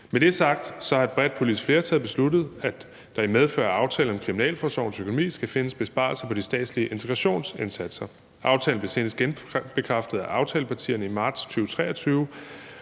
Med det sagt har et bredt politisk flertal besluttet, at der i medfør af aftalen om kriminalforsorgens økonomi skal findes besparelser på de statslige integrationsindsatser. Aftalen blev senest genbekræftet af aftalepartierne i marts 2023,